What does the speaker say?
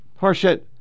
Horseshit